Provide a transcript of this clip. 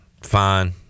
fine